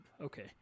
okay